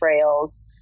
trails